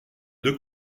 deux